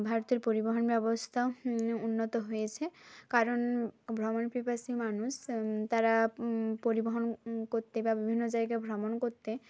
ভারতের পরিবহন ব্যবস্থা উন্নত হয়েছে কারণ ভ্রমণপিপাসী মানুষ তারা পরিবহন করতে বা বিভিন্ন জায়গায় ভ্রমণ করতে